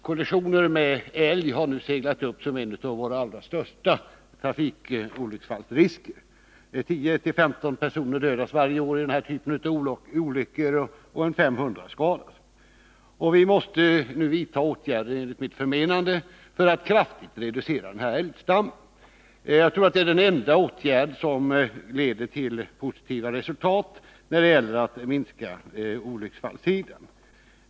Kollisioner med älg har nu seglat upp som en av våra allra största trafikolycksfallsrisker. 10-15 personer dödas och ca 500 personer skadas varje år i denna typ av olyckor. Enligt mitt förmenande måste vi nu vidta åtgärder för att kraftigt reducera älgstammen. Jag tror att det är den enda åtgärd som leder till positivt resultat när det gäller att minska olycksfallen.